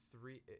Three